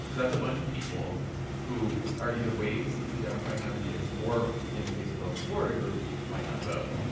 so that's a bunch of people who are either waiting to see who the democratic nominee is, or in the case of the florida group might not vote.